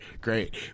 great